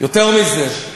יותר מזה,